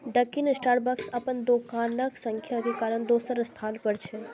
Dunkin Starbucks अपन दोकानक संख्या के कारण दोसर स्थान पर छै